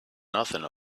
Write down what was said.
nothing